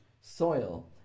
soil